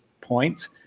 point